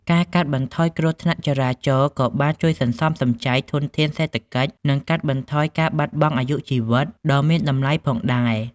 ការកាត់បន្ថយគ្រោះថ្នាក់ចរាចរណ៍ក៏បានជួយសន្សំសំចៃធនធានសេដ្ឋកិច្ចនិងកាត់បន្ថយការបាត់បង់អាយុជីវិតដ៏មានតម្លៃផងដែរ។